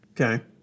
Okay